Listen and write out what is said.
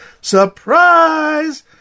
Surprise